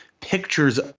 pictures